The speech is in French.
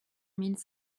mille